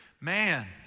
Man